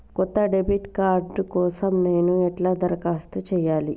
కొత్త debit card కోసం నేను ఎట్లా దరఖాస్తు చేయాలి?